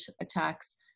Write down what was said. attacks